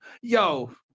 yo